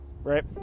right